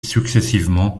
successivement